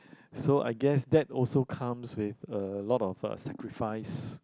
so I guess that also comes with a lot of uh sacrifice